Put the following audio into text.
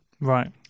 Right